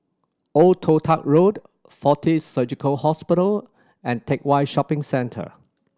Old Toh Tuck Road Fortis Surgical Hospital and Teck Whye Shopping Centre